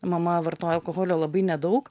mama vartojo alkoholio labai nedaug